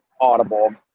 Audible